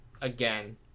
again